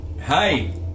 Hi